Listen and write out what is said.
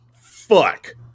fuck